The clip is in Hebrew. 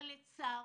אבל לצערי,